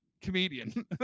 Comedian